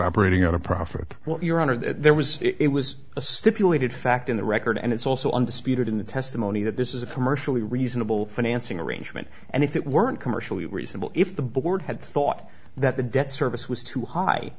operating at a profit what your honor there was it was a stipulated fact in the record and it's also undisputed in the testimony that this is a commercially reasonable financing arrangement and if it weren't commercially reasonable if the board had thought that the debt service was too high